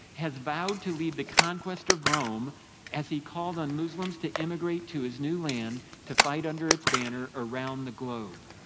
has vowed to lead the conquest of rome as he called on muslims to immigrate to his new land to fight under its banner around the globe.